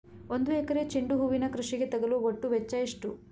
ಒಂದು ಎಕರೆ ಚೆಂಡು ಹೂವಿನ ಕೃಷಿಗೆ ತಗಲುವ ಒಟ್ಟು ವೆಚ್ಚ ಎಷ್ಟು?